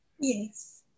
yes